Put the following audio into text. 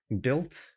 built